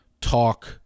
talk